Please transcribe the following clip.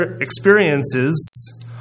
experiences